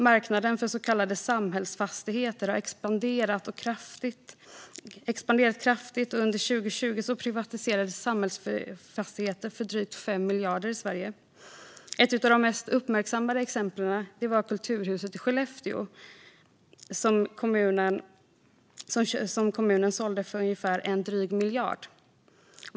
Marknaden för så kallade samhällsfastigheter har expanderat kraftigt, och under 2020 privatiserades samhällsfastigheter för drygt 5 miljarder i Sverige. Ett av de mest uppmärksammade exemplen är kulturhuset i Skellefteå, som kommunen sålde för en dryg miljard.